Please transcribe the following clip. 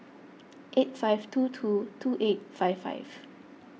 eight five two two two eight five five